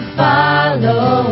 follow